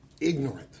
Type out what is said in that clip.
ignorant